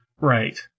Right